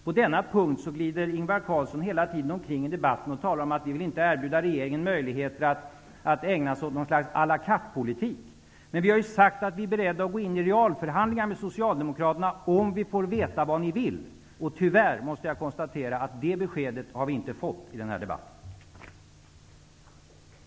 På denna punkt glider Ingvar Carlsson hela tiden omkring i debatten och talar om att han inte vill erbjuda regeringen möjligheter att ägna sig åt något slags à la carte-politik. Men vi har ju sagt att vi är beredda att gå in i realförhandlingar med Socialdemokraterna, om vi får veta vad de vill. Tyvärr måste jag konstatera att det beskedet har vi inte fått i den här debatten. Wachtmeister anhållit att till protokollet få antecknat att överenskommelse träffats om att inga repliker fick förekomma i denna partiledardebatt.